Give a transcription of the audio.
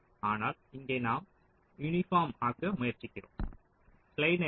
ஆனால் இங்கே நாம் யூனிபோர்ம் ஆக்க முயற்சிக்கிறோம்